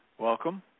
Welcome